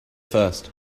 first